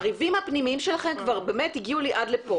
הריבים הפנימיים שלכם באמת כבר הגיעו לי עד לפה.